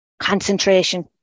concentration